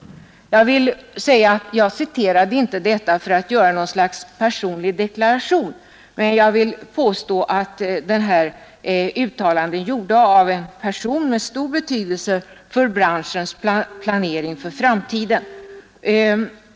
Jag citerade inte detta för att göra något slags personlig deklaration, men jag vill påstå att det här är ett uttalande, gjort av en person med stor betydelse för branschens planering för framtiden.